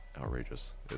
outrageous